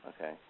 Okay